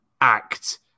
act